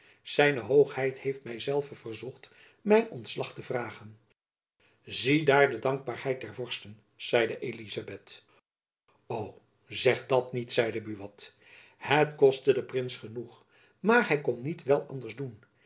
hoogheid heeft my zelve verzocht mijn ontslag te vragen jacob van lennep elizabeth musch ziedaar de dankbaarheid der vorsten zeide elizabeth o zeg dat niet zeide buat het kostte den prins genoeg maar hy kon niet wel anders doen